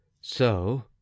so